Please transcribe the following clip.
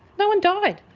no one died.